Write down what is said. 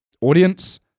audience